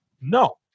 No